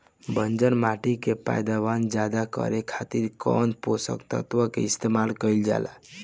बंजर माटी के पैदावार ज्यादा करे खातिर कौन पोषक तत्व के इस्तेमाल कईल जाला?